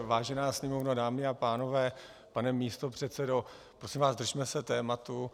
Vážená Sněmovno, dámy a pánové, pane místopředsedo, prosím vás, držme se tématu.